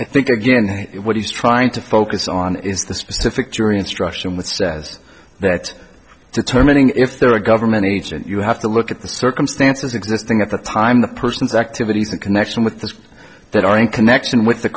i think again what he's trying to focus on is the specific jury instruction which says that determining if they're a government agent you have to look at the circumstances existing at the time the person's activities in connection with this that are in connection with the